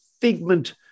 figment